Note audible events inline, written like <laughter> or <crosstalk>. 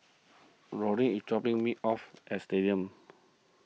Lorin is dropping me off <noise> at Stadium